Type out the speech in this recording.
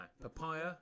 Papaya